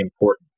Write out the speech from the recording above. important